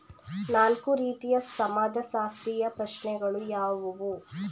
ನಾಲ್ಕು ರೀತಿಯ ಸಮಾಜಶಾಸ್ತ್ರೀಯ ಪ್ರಶ್ನೆಗಳು ಯಾವುವು?